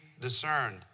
discerned